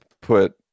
put